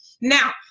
Now